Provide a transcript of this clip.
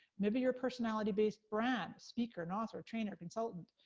maybe your personality-based brand, speaker, an author, trainer, consultant.